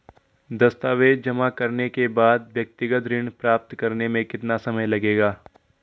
दस्तावेज़ जमा करने के बाद व्यक्तिगत ऋण प्राप्त करने में कितना समय लगेगा?